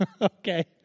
Okay